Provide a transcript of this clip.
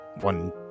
one